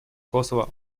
косово